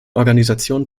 organisationen